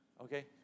Okay